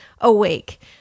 awake